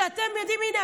הינה,